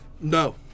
No